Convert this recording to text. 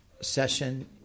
session